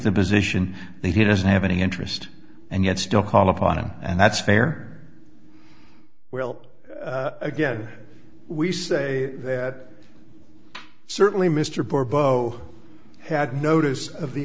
the position he doesn't have any interest and yet still call upon him and that's fair well again we say that certainly mr pore bo had notice of the